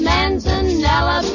Manzanella